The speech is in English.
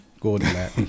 Gordon